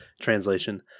translation